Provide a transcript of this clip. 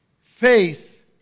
Faith